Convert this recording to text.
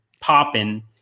popping